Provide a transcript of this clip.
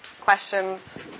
questions